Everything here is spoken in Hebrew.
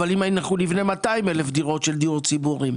אבל זה אם אנחנו נבנה 200,000 דירות של דיור ציבורי.